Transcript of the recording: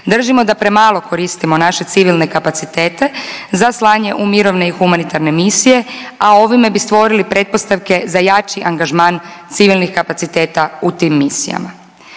Držimo da premalo koristimo naše civilne kapacitete za slanje u mirovne i humanitarne misije, a ovime bi stvorili pretpostavke za jači angažman civilnih kapaciteta u tim misijama.